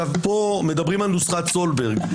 פה מדברים על נוסחת סולברג.